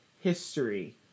history